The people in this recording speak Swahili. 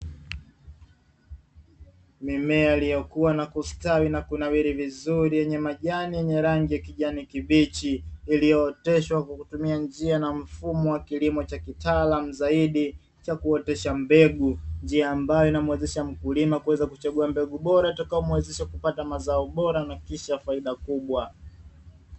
Mimea iliyokua na kustawi na kunawiri vizuri, yenye majani yenye rangi ya kijani kibichi, iliyooteshwa kwa kutumia njia na mfumo wa kilimo cha kitaalamu zaidi, cha kuotesha mbegu, njia ambayo inamuwezesha mkulima kuweza kuchagua mbegu bora, itakayomuwezesha kupata mazao bora na kisha faida kubwa.